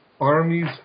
armies